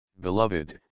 Beloved